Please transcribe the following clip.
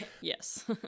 yes